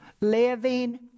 living